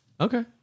Okay